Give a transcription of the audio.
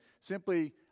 simply